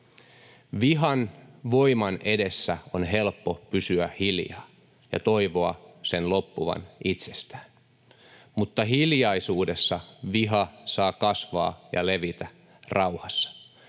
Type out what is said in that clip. Vihan voiman edessä on helppo pysyä hiljaa ja toivoa sen loppuvan itsestään, mutta hiljaisuudessa viha saa kasvaa ja levitä rauhassa,